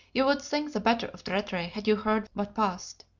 you would think the better of rattray had you heard what passed.